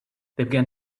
began